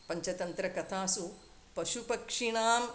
पञ्चतन्त्रकथासु पशुपक्षिणाम्